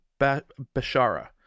Bashara